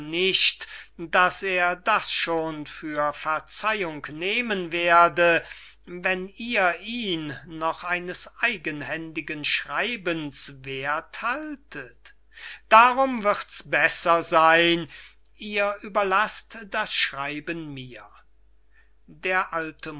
nicht daß er das schon für verzeihung nehmen werde wenn ihr ihn noch eines eigenhändigen schreibens werth haltet darum wird's besser seyn ihr überlaßt das schreiben mir d a